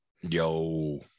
Yo